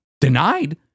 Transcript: Denied